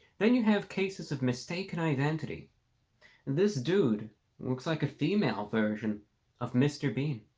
then you have cases of mistaken identity and this dude looks like a female version of mr. bean